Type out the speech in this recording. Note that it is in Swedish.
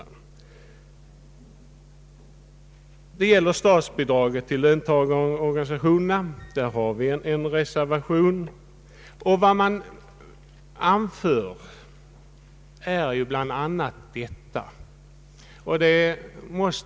Den första gäller statsbidrag till löntagarorganisationerna.